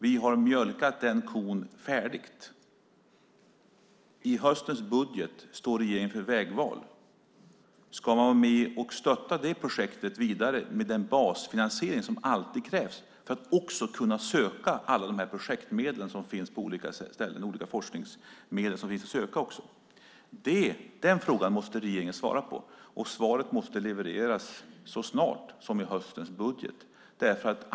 Vi har mjölkat den kon färdigt. I höstens budget står regeringen inför ett vägval: Ska man vara med och stötta projektet vidare med den basfinansiering som alltid krävs för att också kunna söka alla de projektmedel som finns på olika ställen och de forskningsmedel som finns att söka? Den frågan måste regeringen svara på, och svaret måste levereras så snart som i höstens budget.